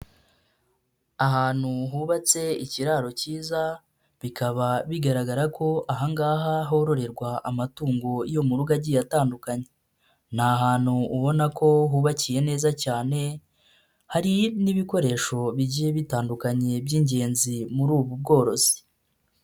Ahantu hubatse ikiraro kiza bikaba bigaragara ko aha ngaha hororerwa amatungo yo mu rugo agiye atandukanye, ni ahantu ubona ko hubakiye neza cyane hari n'ibikoresho bigiye bitandukanye by'ingenzi muri ubu bworozi.